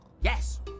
Yes